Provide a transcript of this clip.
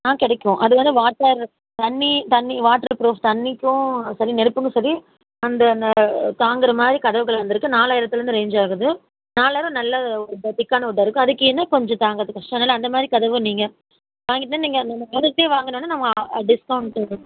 ஆ கிடைக்கும் அது வந்து வாட்டர் தண்ணி தண்ணி வாட்டர் ப்ரூஃப் தண்ணிக்கும் சரி நெருப்புக்கும் சரி அந்த அந்த தாங்கிற மாதிரி கதவுகள் வந்து இருக்குது நாலாயிரத்துலிருந்து ரேஞ்சாகுது நாலாயிரம் நல்லா ஒரு திக்கான உட்டாயிருகும் அதுக்கு என்ன கொஞ்சம் தாங்கிறதுக்கு கஷ்டம் அதனால் அந்த மாதிரி கதவு நீங்கள் வாங்கிட்டால் நீங்கள் அந்த அந்த குறைச்சி வாங்குணுனால் நம்ம டிஸ்கவுண்ட்டு